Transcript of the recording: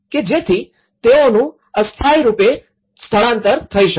કે જેથી તેઓનું અસ્થાયી રૂપે સ્થળાંતર થઇ શકે